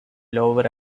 lower